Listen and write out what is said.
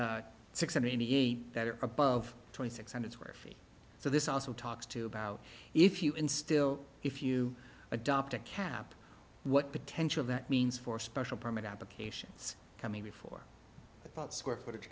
six hundred eighty eight that are above twenty six hundred square feet so this also talks to about if you instill if you adopt a cap what potential that means for special permit applications coming before that but square footage